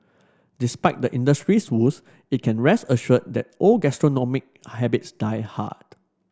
despite the industry's woes it can rest assured that old gastronomic habits die hard